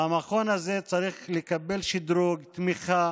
המכון הזה צריך לקבל שדרוג, תמיכה,